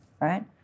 right